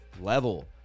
level